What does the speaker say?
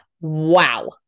Wow